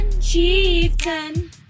Chieftain